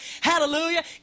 Hallelujah